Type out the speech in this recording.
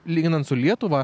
lyginant su lietuva